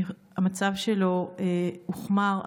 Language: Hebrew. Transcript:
המצב שלו הוחמר.